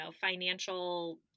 financial